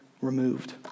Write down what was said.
removed